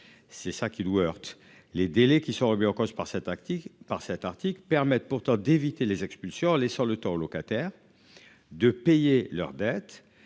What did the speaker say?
C'est ça qui doit heurte les délais qui sont remis en cause par sa tactique par cet article permettent pourtant d'éviter les expulsions, laissant le temps aux locataires. De payer leurs dettes